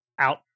out